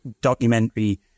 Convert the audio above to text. documentary